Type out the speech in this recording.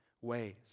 ways